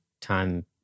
time